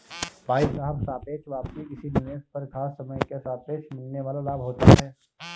भाई साहब सापेक्ष वापसी किसी निवेश पर खास समय के सापेक्ष मिलने वाल लाभ होता है